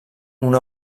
una